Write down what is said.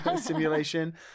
simulation